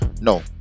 No